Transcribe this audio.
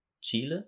Chile